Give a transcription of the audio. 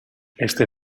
este